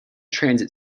transit